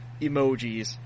emojis